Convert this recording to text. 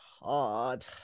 hard